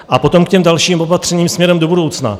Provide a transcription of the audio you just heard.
A potom k těm dalším opatřením směrem do budoucna.